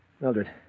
Mildred